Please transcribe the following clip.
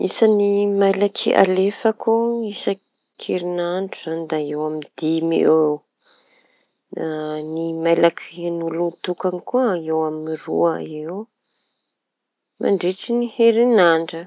Isan'ny mailaky alefako isak' herinandro da eo amiñy dimy eo o eo, da ny mailaky ny an'olo tokana koa eo amin'ny roa eo mandritry ny herinandra.